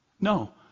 No